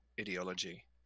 ideology